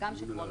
גם של קרונות.